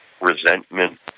resentment